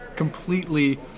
completely